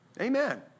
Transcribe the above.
Amen